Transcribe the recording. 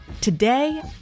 Today